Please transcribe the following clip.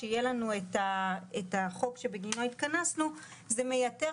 כאשר יהיה לנו החוק שבגינו התכנסנו זה מייתר